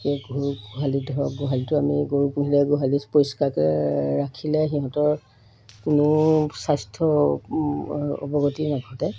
এতিয়া গৰু গোহালি ধৰক গোহালিটো আমি গৰু পুহিলে গোহালিটো পৰিষ্কাৰকৈ ৰাখিলে সিহঁতৰ কোনো স্বাস্থ্য অৱনতি নাটে